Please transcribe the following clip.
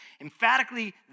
emphatically